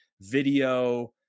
video